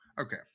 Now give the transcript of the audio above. okay